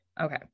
Okay